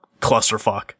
clusterfuck